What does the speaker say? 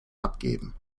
abgeben